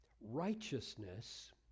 Righteousness